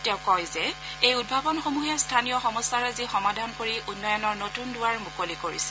তেওঁ কয় যে এই উদ্ভাৱনসমূহে স্থানীয় সমস্যাৰাজি সমাধান কৰি উন্নয়নৰ নতুন দুৱাৰ মুকলি কৰিছে